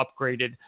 upgraded